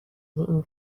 این